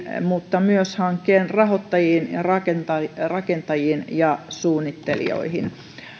mutta myös hankkeen rahoittajiin ja rakentajiin ja rakentajiin ja suunnittelijoihin